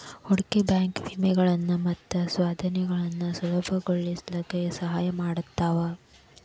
ಹೂಡ್ಕಿ ಬ್ಯಾಂಕು ವಿಲೇನಗಳನ್ನ ಮತ್ತ ಸ್ವಾಧೇನಗಳನ್ನ ಸುಲಭಗೊಳಸ್ಲಿಕ್ಕೆ ಸಹಾಯ ಮಾಡ್ತಾವ